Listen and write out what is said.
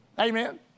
Amen